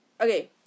Okay